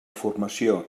formació